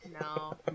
No